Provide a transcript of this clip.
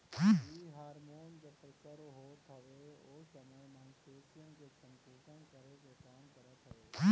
इ हार्मोन जब प्रसव होत हवे ओ समय मांसपेशियन के संकुचित करे के काम करत हवे